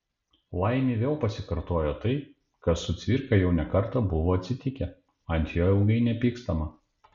laimei vėl pasikartojo tai kas su cvirka jau ne kartą buvo atsitikę ant jo ilgai nepykstama